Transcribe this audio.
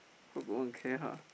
forgot one care ha